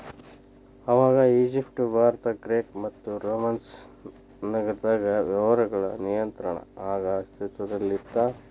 ಆವಾಗ Egypt Bharat Greek ಮತ್ತು Roman ನಾಗರದಾಗ ವ್ಯವಹಾರಗಳ ನಿಯಂತ್ರಣ ಆಗ ಅಸ್ತಿತ್ವದಲ್ಲಿತ್ತ